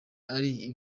ari